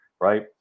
right